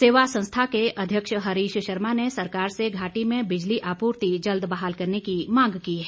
सेवा संस्था के अध्यक्ष हरीश शर्मा ने सरकार से घाटी में बिजली आपूर्ति जल्द बहाल करने की मांग की है